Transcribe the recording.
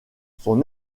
son